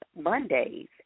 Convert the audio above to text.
Mondays